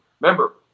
remember